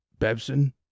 Bebson